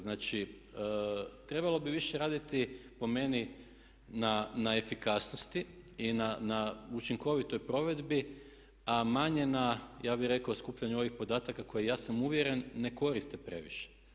Znači trebalo bi više raditi po meni na efikasnosti i na učinkovitoj provedbi a manje na ja bih rekao skupljanju ovih podataka koji ja sam uvjeren ne koriste previše.